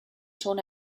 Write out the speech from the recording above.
schon